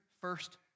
first